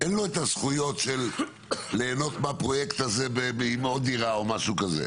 אין לו את הזכויות להנות מהפרויקט הזה עם עוד דירה או משהו כזה.